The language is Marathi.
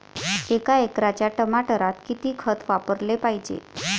एका एकराच्या टमाटरात किती खत वापराले पायजे?